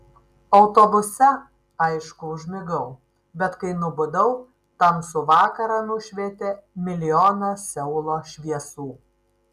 autobuse aišku užmigau bet kai nubudau tamsų vakarą nušvietė milijonas seulo šviesų